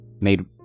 made